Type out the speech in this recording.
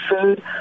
food